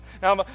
Now